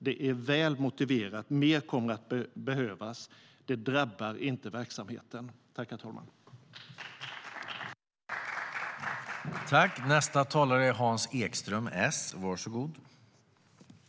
Det är väl motiverat, mer kommer att behövas och det drabbar inte verksamheten.I detta anförande instämde Annicka Engblom .